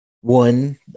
One